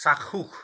চাক্ষ্য়ুষ